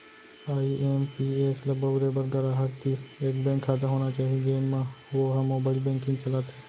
IMPS ल बउरे बर गराहक तीर एक बेंक खाता होना चाही जेन म वो ह मोबाइल बेंकिंग चलाथे